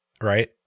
right